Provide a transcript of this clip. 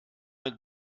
mit